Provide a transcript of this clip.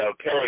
okay